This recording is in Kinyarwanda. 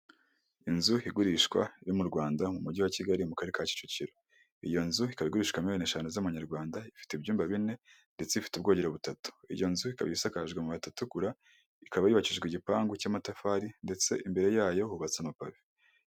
Inzu igurishwa yo mu Rwanda mu mujyi wa Kigali mu karere ka Kicukiro, iyo nzu ikaba igurishwa miliyoni eshanu z'amanyarwanda, ifite ibyumba bine ndetse ifite ubwogero butatu, iyo nzu ikaba isakajwe amabati atukura, ikaba yubakijwe igipangu cy'amatafari ndetse imbere yayo hubatse amapave.